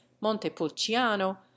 Montepulciano